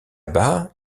bas